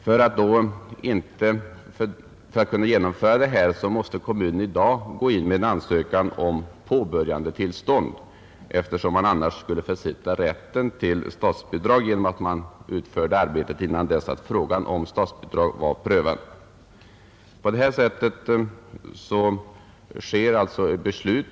För att kunna genomföra detta måste kommunen i dag gå in med ansökan om påbörjandetillstånd, eftersom den skulle försitta rätten till statsbidrag genom att utföra arbetet innan frågan om statsbidrag var prövad.